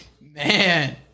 Man